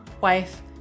wife